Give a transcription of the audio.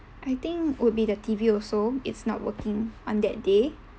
I think would be the T_V also it's not working on that day